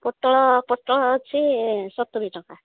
ପୋଟଳ ପୋଟଳ ଅଛି ସତୁୁରି ଟଙ୍କା